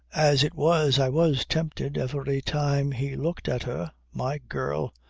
as it was i was tempted every time he looked at her. my girl.